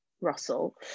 Russell